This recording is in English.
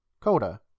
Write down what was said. Coda